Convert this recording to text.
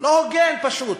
לא הוגן פשוט.